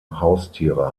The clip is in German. haustiere